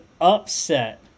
upset